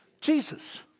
Jesus